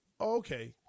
okay